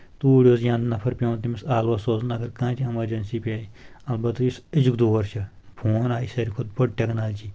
توٗرۍ اوس یا نفر پؠوان تٔمِس آلوسَ سوُن نہ تہٕ اَگر کانٛہہ تہِ ایٚمَرجَنسی پیے البتہ یُس أزیُک دور چھُ فون آیہِ ساروی کھۄتہٕ بٔڑ ٹؠکنالجی